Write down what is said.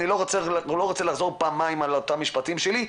אני לא רוצה לחזור פעמיים על אותם משפטים שלי,